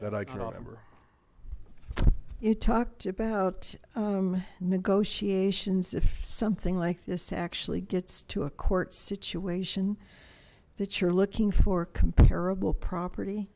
that i can remember you talked about negotiations if something like this actually gets to a court situation that you're looking for comparable property